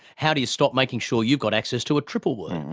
how do you stop making sure you've got access to a triple word?